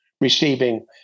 receiving